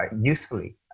usefully